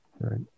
right